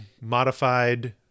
modified